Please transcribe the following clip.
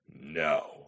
no